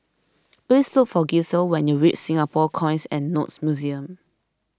please look for Gisele when you reach Singapore Coins and Notes Museum